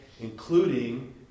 including